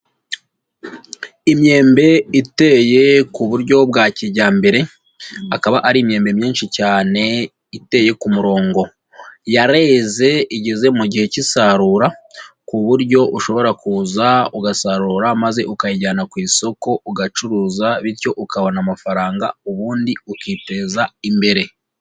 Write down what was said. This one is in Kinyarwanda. Imyembe iteye ku buryo bwa kijyambere, akaba ari imyembe myinshi cyane iteye ku murongo. Yareze igeze mu gihe cy'isarura, ku buryo ushobora kuza ugasarura maze ukayijyana ku isoko ugacuruza bityo ukabona amafaranga ubundi ukiteza, imbere.